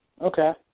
Okay